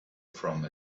from